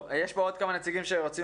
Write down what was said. יש כאן עוד כמה נציגים שרוצים